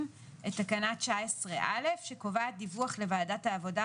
את תקנה 19(א) שקובעת דיווח לוועדת העבודה,